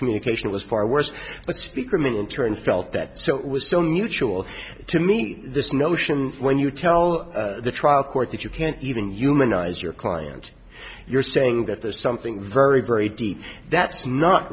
communication was far worse but speaker minturn felt that so it was so mutual to me this notion when you tell the trial court that you can't even human eyes your client you're saying that there's something very very deep that's not